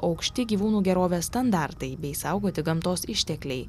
aukšti gyvūnų gerovės standartai bei saugoti gamtos ištekliai